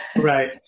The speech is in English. Right